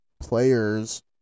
players